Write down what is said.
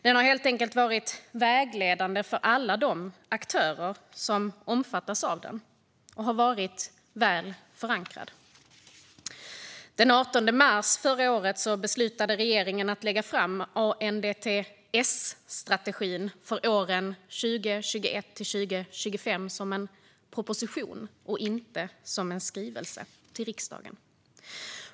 Den har helt enkelt varit vägledande för alla de aktörer som omfattas av den, och den har varit väl förankrad. Den 18 mars förra året beslutade regeringen att lägga fram ANDTS-strategin för åren 2021-2025 som en proposition och inte som en skrivelse till riksdagen.